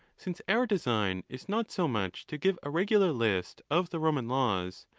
since our design is not so much to give a regular list of the roman laws,